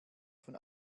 von